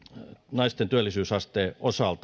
naisten työllisyysasteen osalta köyhyys